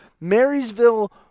marysville